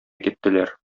киттеләр